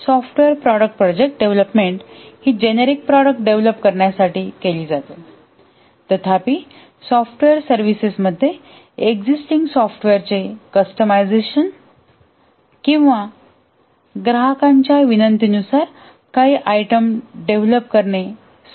software product project development हि generic product develop करण्यासाठी केली जातो तथापि सॉफ्टवेअर सर्व्हिसेस मध्ये एक्सिस्टिंग सॉफ्टवेअरचे कस्टमाइझेशन किंवा ग्राहकांच्या विनंतीनुसार काही आयटम डेव्हलप करणे समाविष्ट असू शकते